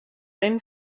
einen